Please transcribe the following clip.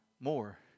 more